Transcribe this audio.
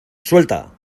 suelta